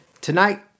tonight